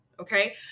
Okay